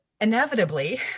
inevitably